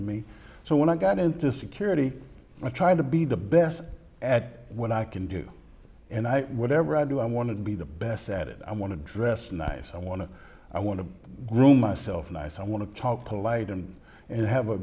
in me so when i got into security i tried to be the best at what i can do and i whatever i do i want to be the best at it i want to dress nice i want to i want to groom myself nice i want to talk polite and and have a